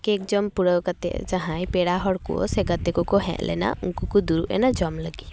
cake ᱡᱚᱢ ᱯᱩᱨᱟᱹᱣ ᱠᱟᱛᱮᱜ ᱡᱟᱦᱟᱸᱭ ᱯᱮᱲᱟ ᱦᱚᱲ ᱠᱚ ᱥᱮ ᱜᱟᱛᱮ ᱠᱚᱠᱚ ᱦᱮᱜ ᱞᱮᱱᱟ ᱩᱝᱠᱩ ᱠᱚ ᱫᱩᱲᱩᱵ ᱮᱱᱟ ᱡᱚᱢ ᱞᱟᱹᱜᱤᱫ